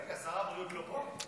רגע, שר הבריאות לא פה?